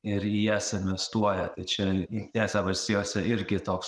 ir į jas investuoja tai čia jungtinėse valstijose irgi toks